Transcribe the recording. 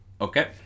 Okay